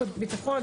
שירות ביטחון,